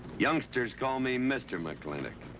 youngsters call me mr. mclintock.